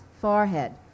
forehead